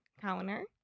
counter